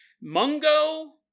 Mungo